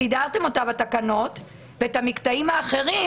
סידרתם אותו בתקנות אבל לגבי המקטעים האחרים